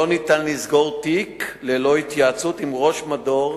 לא ניתן לסגור תיק ללא התייעצות עם ראש מדור